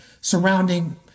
surrounding